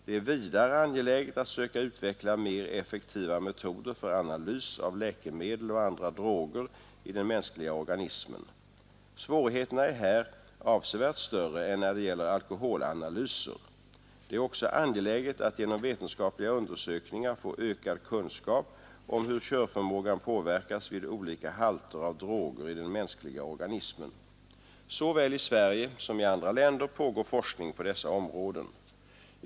Det är vidare angeläget att söka utveckla mer effektiva metoder för analys av läkemedel och andra droger i den mänskliga organismen. Svårigheterna är här avsevärt större än när det gäller alkoholanalyser. Det är också angeläget att genom vetenskapliga undersökningar få ökad kunskap om hur körförmågan påverkas vid olika halter av droger i den mänskliga organismen. Såväl i Sverige som i andra länder pågår forskning på dessa områden.